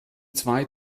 zwei